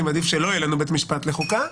אני מעדיף שלא יהיה לנו בית משפט לחוקה.